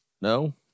No